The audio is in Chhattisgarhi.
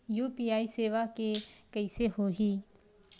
यू.पी.आई सेवा के कइसे होही?